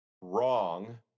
wrong